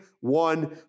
one